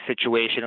situation